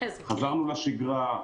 חזרנו לשגרה,